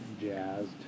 jazzed